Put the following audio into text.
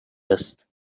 است